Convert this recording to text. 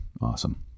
Awesome